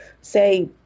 say